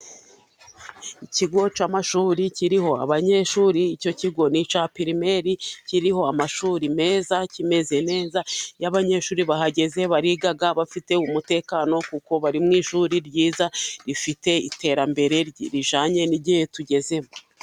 Ikigo cy'amashuri kiriho abanyeshuri. Icyo kigo ni icya pirimeri. Kiriho amashuri meza, kimeze neza. Iyo abanyeshuri bahageze bariga bafite umutekano, kuko bari mu ishuri ryiza rifite iterambere rijanye n'igihe tugezemo.